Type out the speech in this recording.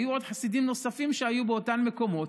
היו חסידים נוספים באותם מקומות,